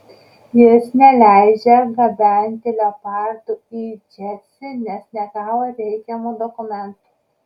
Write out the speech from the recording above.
jis neleidžia gabenti leopardų į džersį nes negavo reikiamų dokumentų